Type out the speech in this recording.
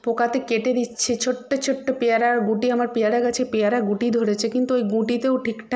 পোকাতে কেটে দিচ্ছে ছোট্ট ছোট্ট পেয়ারার গুটি আমার পেয়ারা গাছে পেয়ারা গুটি ধরেছে কিন্তু ওই গুটিতেও ঠিকঠাক